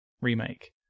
remake